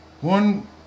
one